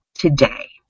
today